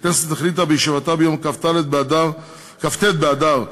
הכנסת החליטה בישיבתה ביום כ"ט באדר א'